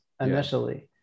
initially